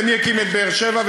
ומי הקים את באר-שבע,